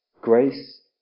Grace